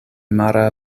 mara